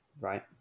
Right